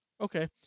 Okay